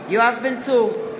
יואב בן צור,